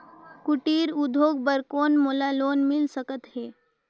कुटीर उद्योग बर कौन मोला लोन मिल सकत हे?